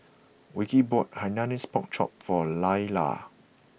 Wilkie bought Hainanese Pork Chop for Lailah